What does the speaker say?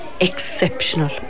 exceptional